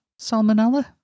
salmonella